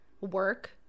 work